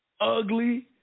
ugly